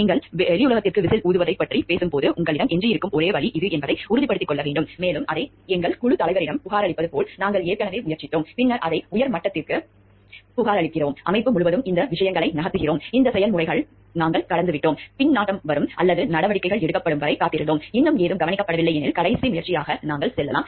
நீங்கள் வெளியுலகிற்கு விசில் ஊதுவதைப் பற்றி பேசும்போது உங்களிடம் எஞ்சியிருக்கும் ஒரே வழி இது என்பதை உறுதிப்படுத்திக் கொள்ள வேண்டும் மேலும் அதை எங்கள் குழுத் தலைவரிடம் புகாரளிப்பது போல் நாங்கள் ஏற்கனவே முயற்சித்தோம் பின்னர் அதை உயர்மட்டத்திற்கு புகாரளிக்கிறோம் அமைப்பு முழுவதும் இந்த விஷயங்களை நகர்த்துகிறோம் இந்த செயல்முறைகளை நாங்கள் கடந்துவிட்டோம் பின்னூட்டம் வரும் அல்லது நடவடிக்கைகள் எடுக்கப்படும் வரை காத்திருந்தோம் இன்னும் எதுவும் கவனிக்கப்படவில்லை எனில் கடைசி முயற்சியாக நாங்கள் செல்லலாம்